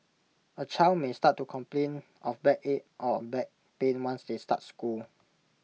A child may start to complain of backache or back pain once they start school